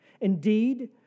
Indeed